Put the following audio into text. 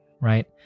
right